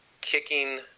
kicking –